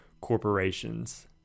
corporations